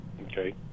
Okay